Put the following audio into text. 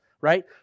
right